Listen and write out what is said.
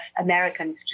Americans